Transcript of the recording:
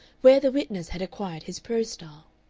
where the witness had acquired his prose style.